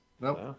Nope